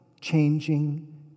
changing